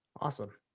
Awesome